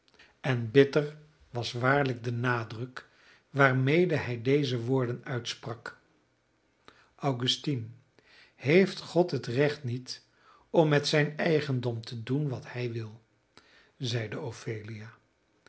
en bitter was waarlijk de nadruk waarmede hij deze woorden uitsprak augustine heeft god het recht niet om met zijn eigendom te doen wat hij wil zeide ophelia